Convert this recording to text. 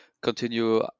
continue